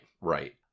right